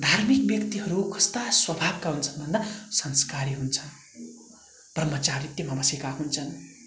धार्मिक व्यक्तिहरू कस्ता स्वभावका हुन्छन् भन्दा संस्कारी हुन्छन् ब्रह्मचारित्वमा बसेका हुन्छन्